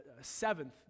seventh